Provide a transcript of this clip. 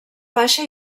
baixa